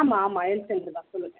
ஆமாம் ஆமாம் health centre தான் சொல்லுங்க